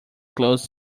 close